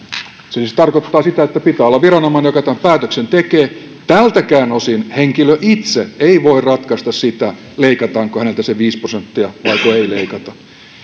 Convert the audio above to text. siis se tarkoittaa sitä että pitää olla viranomainen joka tämän päätöksen tekee tältäkään osin henkilö itse ei voi ratkaista sitä leikataanko häneltä se viisi prosenttia vaiko ei leikata